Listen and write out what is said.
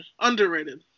Underrated